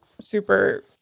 super